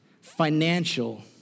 financial